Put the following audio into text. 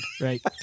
Right